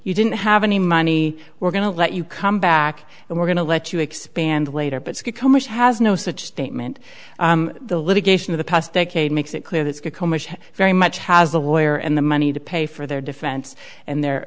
you didn't have any money we're going to let you come back and we're going to let you expand later but if you come which has no such statement the litigation of the past decade makes it clear that very much has a lawyer and the money to pay for their defense and their